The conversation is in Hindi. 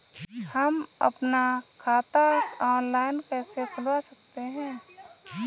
हम अपना खाता ऑनलाइन कैसे खुलवा सकते हैं?